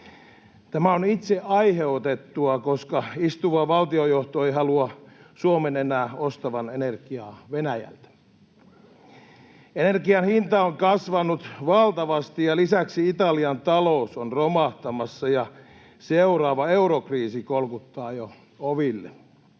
Tämä on itse aiheutettua, koska istuva valtionjohto ei halua Suomen enää ostavan energiaa Venäjältä. Energian hinta on kasvanut valtavasti, ja lisäksi Italian talous on romahtamassa ja seuraava eurokriisi kolkuttaa jo oville.